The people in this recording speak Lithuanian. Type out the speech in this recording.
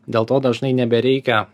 dėl to dažnai nebereikia